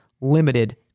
limited